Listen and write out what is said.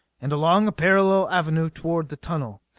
and along a parallel avenue toward the tunnel.